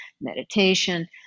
meditation